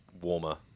warmer